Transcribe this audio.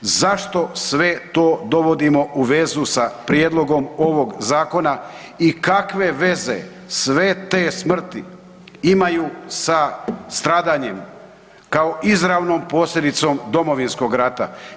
Zašto to sve dovodimo u vezu sa prijedlogom ovog zakona ikakve veze sve te smrti imaju sa stradanjem kao izravnom posljedicom Domovinskog rata?